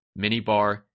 minibar